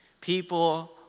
people